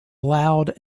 loud